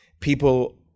people